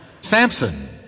Samson